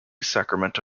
sacramento